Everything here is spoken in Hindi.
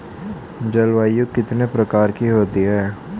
जलवायु कितने प्रकार की होती हैं?